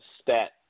stat